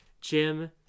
Jim